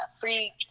free